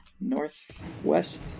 northwest